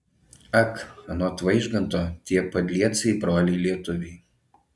ak anot vaižganto tie padliecai broliai lietuviai